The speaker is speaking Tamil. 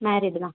மேரீடு தான்